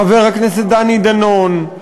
חבר הכנסת דני דנון,